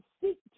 seek